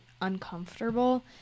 uncomfortable